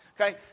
okay